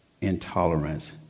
intolerance